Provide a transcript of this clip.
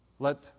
Let